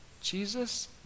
Jesus